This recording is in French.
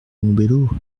montebello